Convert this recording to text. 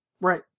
Right